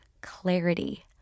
clarity